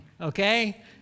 okay